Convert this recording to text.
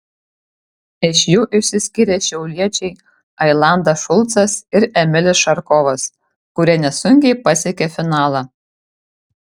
iš jų išsiskyrė šiauliečiai ailandas šulcas ir emilis šarkovas kurie nesunkiai pasiekė finalą